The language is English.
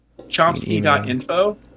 Chomsky.info